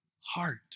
heart